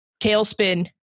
Tailspin